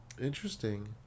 interesting